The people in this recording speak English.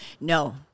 No